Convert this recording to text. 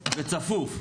וצפוף,